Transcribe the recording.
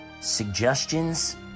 suggestions